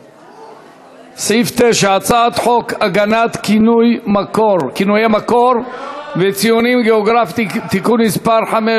סעיף 9. הצעת חוק הגנת כינויי מקור וציונים גיאוגרפיים (תיקון מס' 5),